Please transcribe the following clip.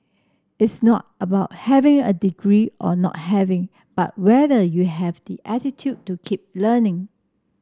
it's not about having a degree or not having but whether you have the attitude to keep learning